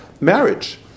marriage